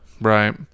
Right